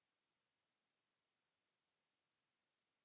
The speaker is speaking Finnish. Kiitos!